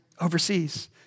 overseas